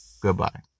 Goodbye